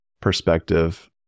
perspective